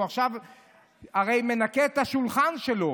הרי הוא עכשיו מנקה את השולחן שלו,